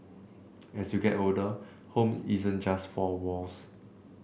as you get older home isn't just four walls